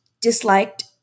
disliked